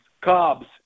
cobs